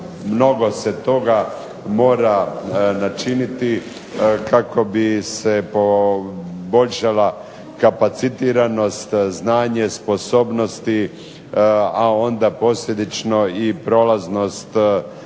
mnogo toga mora načiniti kako bi se poboljšala kapacitiranost, znanje, sposobnosti a onda posljedično i prolaznost